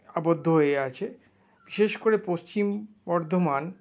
আবদ্ধ হয়ে আছে বিশেষ করে পশ্চিম বর্ধমান